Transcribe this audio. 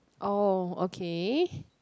oh okay